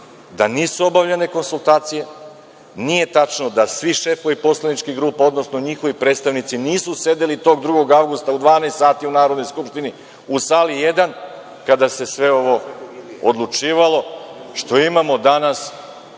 da nisu obavljene konsultacije, nije tačno da svi šefovi poslaničkih grupa, odnosno njihovi predstavnici, nisu sedeli tog 2. avgusta u 12.00 sati u Narodnoj skupštini, u sali I, kada se sve ovo odlučivalo, što imamo danas